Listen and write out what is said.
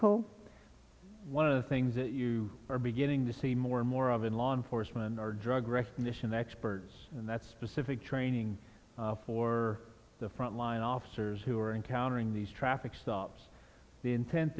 call one of the things that you are beginning to see more and more of in law enforcement or drug recognition experts in that specific training for the front line officers who are encountering these traffic stops the intent